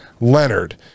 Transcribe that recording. Leonard